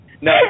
No